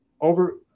over